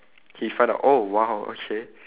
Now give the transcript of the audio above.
he find out oh !wow! okay